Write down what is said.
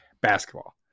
basketball